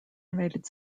united